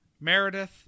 Meredith